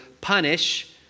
punish